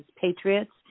patriots